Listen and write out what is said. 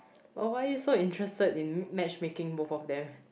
but why are you so interested in matchmaking both of them